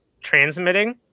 transmitting